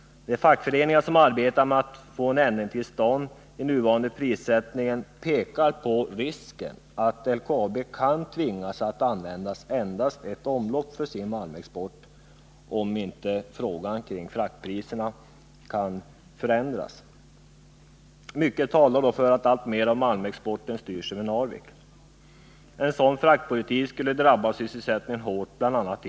De fackföreningar som arbetat med att få en ändring i nuvarande prissättning till stånd pekar på risken att LKAB kan tvingas att använda endast ett omlopp för sin malmexport om inte frågan om fraktpriserna kan lösas. Mycket talar för att alltmer av malmexporten då skulle styras över Narvik. En sådan fraktpolitik skulle hårt drabba sysselsättningen också i Luleåregionen.